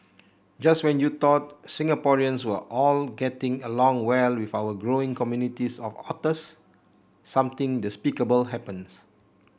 just when you thought Singaporeans were all getting along well with our growing communities of otters something despicable happens